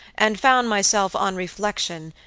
and found myself, on reflection,